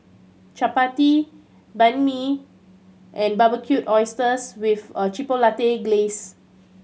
Chapati Banh Mi and Barbecued Oysters with a Chipotle Glaze